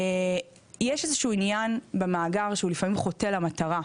יש איזשהו עניין במאגר שהוא לפעמים חוטא למטרה,